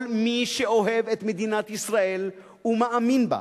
כל מי שאוהב את מדינת ישראל ומאמין בה,